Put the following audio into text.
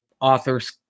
author's